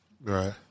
Right